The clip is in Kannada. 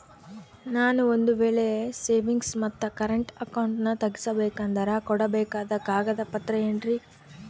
ನಾನು ಒಂದು ವೇಳೆ ಸೇವಿಂಗ್ಸ್ ಮತ್ತ ಕರೆಂಟ್ ಅಕೌಂಟನ್ನ ತೆಗಿಸಬೇಕಂದರ ಕೊಡಬೇಕಾದ ಕಾಗದ ಪತ್ರ ಏನ್ರಿ?